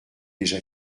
déjà